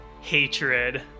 hatred